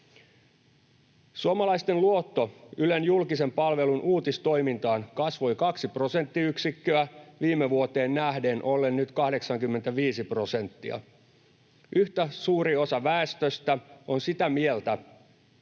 Suomalaisten luotto Ylen julkisen palvelun uutistoimintaan kasvoi kaksi prosenttiyksikköä viime vuoteen nähden ollen nyt 85 prosenttia. Yhtä suuri osa väestöstä on sitä mieltä,